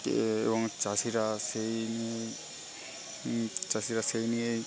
এবং চাষিরা সেই চাষিরা সেই নিয়ে